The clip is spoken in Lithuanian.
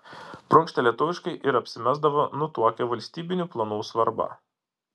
prunkštė lietuviškai ir apsimesdavo nutuokią valstybinių planų svarbą